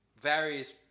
various